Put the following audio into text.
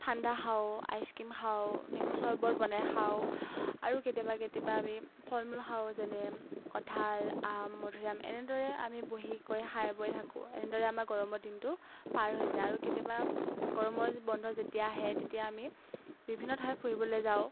ঠাণ্ডা খাওঁ ice cream খাওঁ নেমু চৰবত বনাই খাওঁ আৰু কেতিয়াবা কেতিয়াবা আমি ফল মূল খাওঁ যেনে কঠাল আম মধুৰিআম এনেদৰে আমি বহিকৈ খাই বৈ থাকোঁ এনেদৰে আমাৰ গৰমৰ দিনটো পাৰ হৈ যায় আৰু কেতিয়াবা গৰমৰ বন্ধ যেতিয়া আহে তেতিয়া আমি বিভিন্ন ঠাই ফুৰিবলৈ যাওঁ